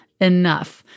enough